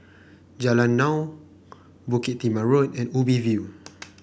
Jalan Naung Bukit Timah Road and Ubi View